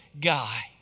guy